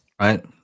right